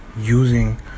using